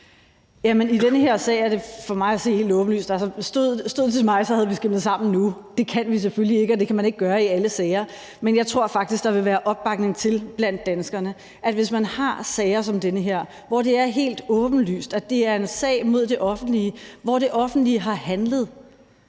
I den her sag er det for mig at se helt åbenlyst. Altså, stod det til mig, havde vi skillinget sammen nu. Det kan vi selvfølgelig ikke, og det kan man ikke gøre i alle sager, men jeg tror faktisk, der vil være opbakning blandt danskerne til, at hvis man har sager som den her, hvor det er helt åbenlyst, at det er en sag mod det offentlige, hvor det offentlige, eventuelt